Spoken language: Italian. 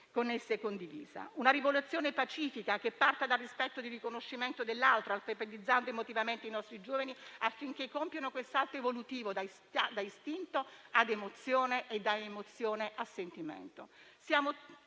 condivisa, e pacifica, che parta dal rispetto del riconoscimento dell'altro, alfabetizzando emotivamente i nostri giovani, affinché compiano un salto evolutivo da istinto ad emozione e da emozione a sentimento.